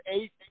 eight